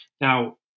Now